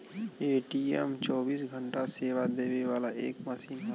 ATM चौबीस घंटा सेवा देवे वाला एक मसीन होला